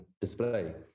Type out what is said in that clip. display